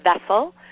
vessel